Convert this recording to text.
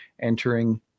entering